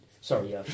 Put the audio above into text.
sorry